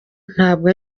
ntabwo